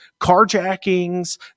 carjackings